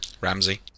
Ramsey